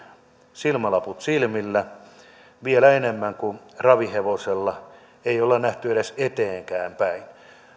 silmälaput silmillä vielä enemmän kuin ravihevosella ei ole nähty edes eteenpäin